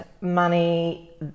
money